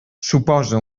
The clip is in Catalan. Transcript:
suposa